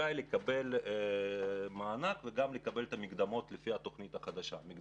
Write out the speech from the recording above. לקבל מענק וגם לקבל את המענק ואת המקדמות לפי התוכנית החדשה.